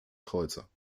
kreuzer